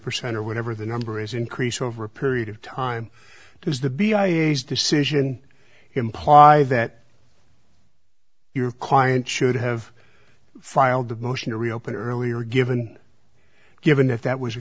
percent or whatever the number is increase over a period of time because the b i e s decision imply that your client should have filed a motion to reopen earlier given given that that was